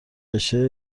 بشه